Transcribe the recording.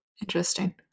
Interesting